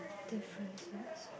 differences